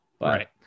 Right